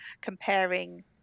comparing